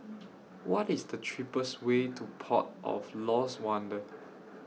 What IS The cheapest Way to Port of Lost Wonder